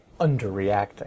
underreacting